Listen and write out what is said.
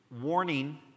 warning